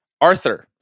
Arthur